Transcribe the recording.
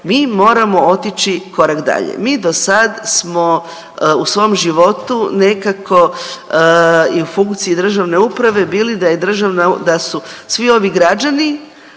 mi moramo otići korak dalje. Mi do sad smo u svom životu nekako i u funkciji državne uprave bili da je državna,